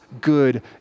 good